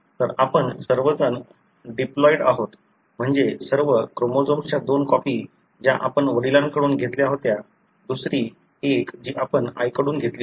तर आपण सर्वजण डिप्लॉइड् आहोत म्हणजे सर्व क्रोमोझोम्सच्या दोन कॉपी ज्या आपण वडिलांकडून घेतल्या होत्या दुसरी एक जी आपण आईकडून घेतली होती